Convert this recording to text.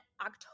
October